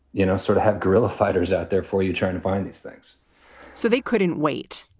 you know, sort of have guerrilla fighters out there for you trying to find these things so they couldn't wait.